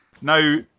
Now